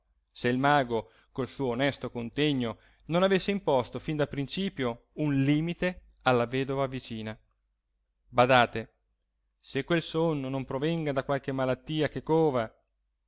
se il mago col suo onesto contegno non avesse imposto fin da principio un limite alla vedova vicina badate se quel sonno non provenga da qualche malattia che cova